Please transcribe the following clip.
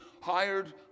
hired